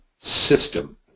system